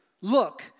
Look